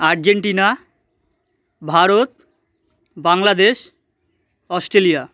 Argentina Bharat Bangladesh Australia